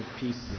pieces